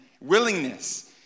willingness